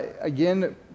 again